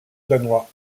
danois